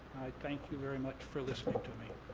thank you very much for listening to me.